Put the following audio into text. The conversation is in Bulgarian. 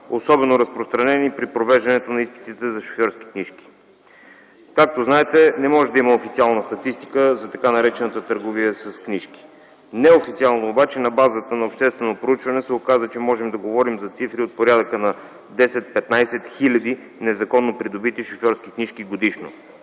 особено разпространени при провеждането на изпитите за шофьорски книжки. Както знаете, не може да има официална статистика за така наречената търговия с книжки. Неофициално обаче на базата на обществено проучване се оказа, че можем да говорим за цифри от порядъка на 10-15 хиляди незаконно придобити шофьорски книжки годишно.